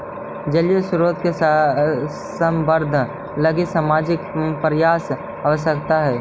जलीय स्रोत के संवर्धन लगी सामाजिक प्रयास आवश्कता हई